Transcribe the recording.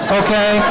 okay